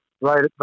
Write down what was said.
right